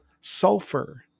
sulfur